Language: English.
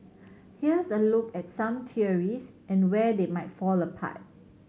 here's a look at some theories and where they might fall apart